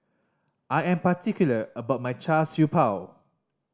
I am particular about my Char Siew Bao